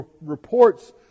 reports